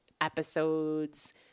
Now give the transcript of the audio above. episodes